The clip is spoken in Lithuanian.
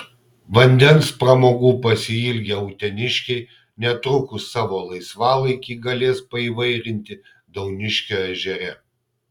vandens pramogų pasiilgę uteniškiai netrukus savo laisvalaikį galės paįvairinti dauniškio ežere